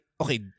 okay